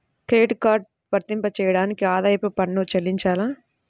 Credit card వర్తింపజేయడానికి ఆదాయపు పన్ను చెల్లించాలా?